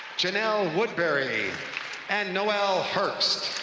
janelle woodbury and noel herbst